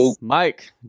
Mike